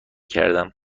گردم